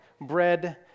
bread